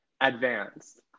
advanced